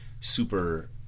super